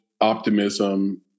optimism